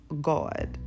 God